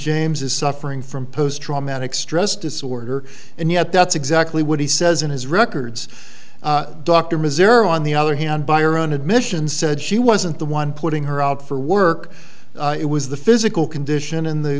james is suffering from post traumatic stress disorder and yet that's exactly what he says in his records dr missouri on the other hand by our own admission said she wasn't the one putting her out for work it was the physical condition in the